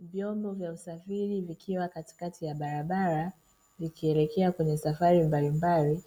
Vyombo vya usafiri vikiwa katikati ya barabara, vikielekea kwenye safari mbalimbali,